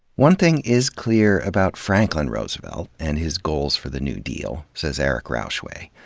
one thing is clear about franklin roosevelt and his goals for the new deal, says eric rauchway.